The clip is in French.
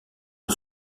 que